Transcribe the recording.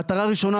מטרה ראשונה,